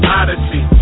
odyssey